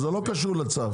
זה לא קשור לצו.